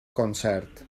concert